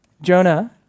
Jonah